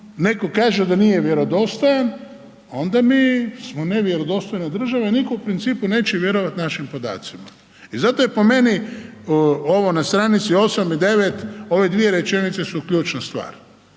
netko kaže da nije vjerodostojan onda mi smo u nevjerodostojnoj državi, a nitko u principu neće vjerovat našim podacima i zato je po meni ovo na str. 8 i 9, ove dvije rečenice su ključna stvar.